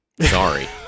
Sorry